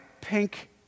pink